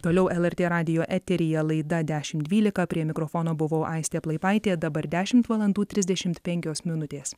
toliau lrt radijo eteryje laida dešimt dvylika prie mikrofono buvo aistė plaipaitė dabar dešimt valandų trisdešimt penkios minutės